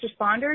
responders